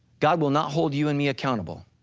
god will not hold you and me accountable.